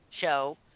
show